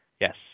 Yes